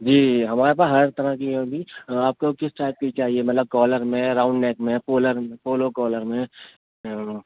جی ہمارے پاس ہر طرح کی ہوگی آپ کو کس ٹائپ کی چاہیے مطلب کالر میں راؤنڈ نیک میں پولر میں پولو کالر میں